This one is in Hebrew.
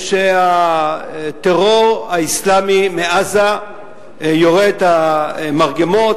שהטרור האסלאמי מעזה יורה את המרגמות,